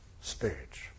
Spirit